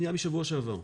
פנייה משבוע שעבר.